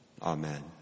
Amen